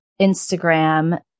Instagram